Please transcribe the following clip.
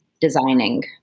designing